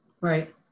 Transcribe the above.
Right